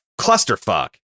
clusterfuck